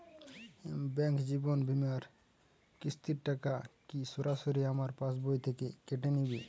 Bank জীবন বিমার কিস্তির টাকা কি সরাসরি আমার পাশ বই থেকে কেটে নিবে?